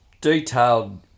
detailed